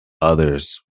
others